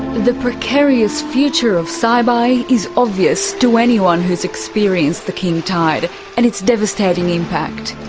the precarious future of saibai is obvious to anyone who's experienced the king tide and its devastating impact.